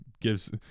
gives